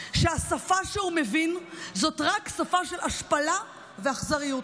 שהשפה שהוא מבין זאת רק שפה של השפלה ואכזריות.